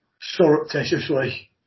surreptitiously